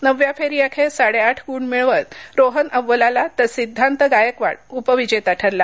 नवव्या फेरीअखेर साडेआठ गुण मिळवत रोहन अव्वल आला तर सिद्धांत गायकवाड उपविजेता ठरला